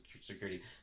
security